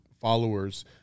followers